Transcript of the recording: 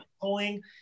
pulling